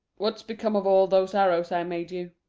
what's become of all those arrows i made you?